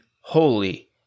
holy